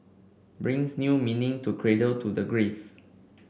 brings new meaning to cradle to the grave